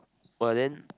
!wah! then